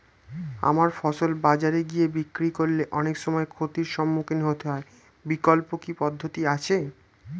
আমার ফসল বাজারে গিয়ে বিক্রি করলে অনেক সময় ক্ষতির সম্মুখীন হতে হয় বিকল্প কি পদ্ধতি আছে?